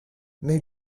nei